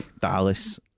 Dallas